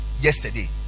Yesterday